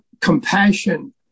compassion